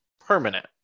permanent